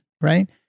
right